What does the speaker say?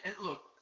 look